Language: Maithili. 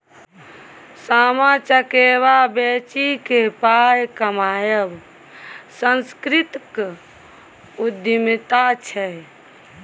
सामा चकेबा बेचिकेँ पाय कमायब सांस्कृतिक उद्यमिता छै